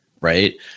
right